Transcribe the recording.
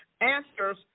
Answers